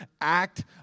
act